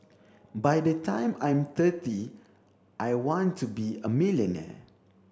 by the time I'm thirty I want to be a millionaire